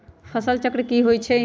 फसल चक्र की होई छै?